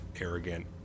arrogant